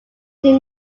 did